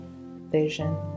vision